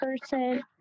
person